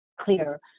clear